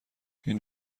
این